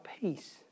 peace